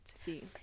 See